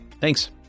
Thanks